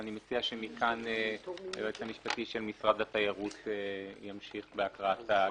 אני מציע שמכאן היועצת המשפטי של משרד התיירות ימשיך בהקראת ההגדרות.